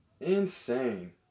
Insane